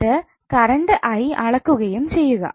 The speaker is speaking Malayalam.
എന്നിട്ട് കറണ്ട് 𝑖 അളക്കുകയും ചെയ്യുക